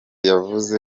yavuze